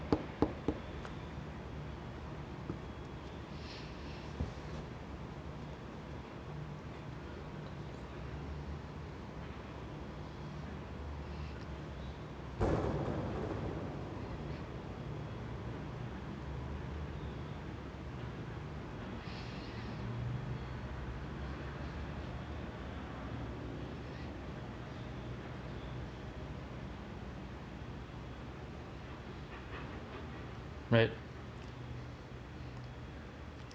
right